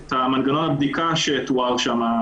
את מנגנון הבדיקה שתואר שם.